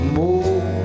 more